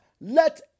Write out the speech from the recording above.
let